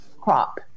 crop